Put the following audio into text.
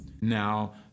Now